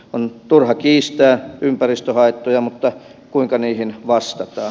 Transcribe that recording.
on turha kiistää ympäristöhaittoja mutta kuinka niihin vastataan